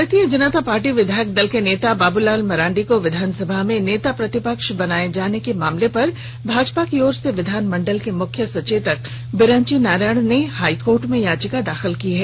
भारतीय जनता पार्टी विधायक दल के नेता बाबुलाल मरांडी को विधान सभा में नेता प्रतिपक्ष बनाये जाने के मामलों पर भाजपा की ओर से विधान मंडल के मुख्य सचेतक बिरंची नारायण ने हाईकोर्ट में याचिका दाखिल की है